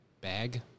Bag